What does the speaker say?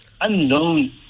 unknown